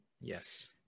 Yes